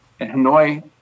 Hanoi